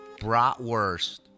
Bratwurst